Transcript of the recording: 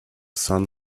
sun